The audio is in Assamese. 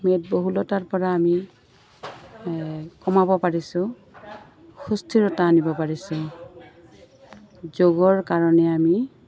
মেদ বহুলতাৰপৰা আমি কমাব পাৰিছোঁ সুস্থিৰতা আনিব পাৰিছোঁ যোগৰ কাৰণে আমি